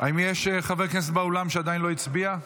האם יש חבר כנסת באולם שעדיין לא הצביע?